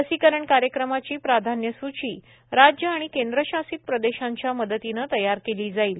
लसीकरण कार्यक्रमाची प्राधान्य सुची राज्य आणि केंद्रशासित प्रदेशांच्या मदतीनं तयार केली जाईल